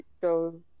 go